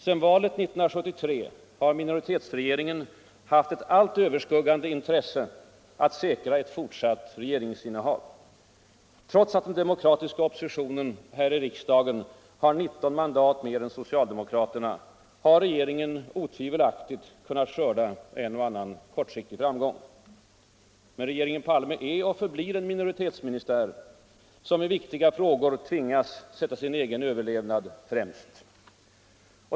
Sedan valet 1973 har minoritetsregeringen haft ett allt överskuggande intresse — att säkra ett fortsatt regeringsinnehav. Trots att den demokratiska oppositionen här i riksdagen har 19 mandat mera än socialdemokraterna, har regeringen otvivelaktigt kunnat skörda en och annan kortsiktig framgång. Men regeringen Palme är och förblir en minoritetsministär, som i viktiga frågor tvingas sätta sin egen överlevnad främst.